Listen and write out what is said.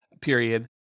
period